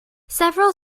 several